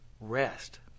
rest